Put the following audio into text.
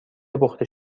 پخته